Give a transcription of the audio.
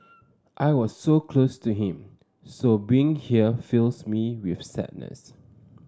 I was so close to him so being here fills me with sadness